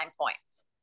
points